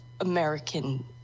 American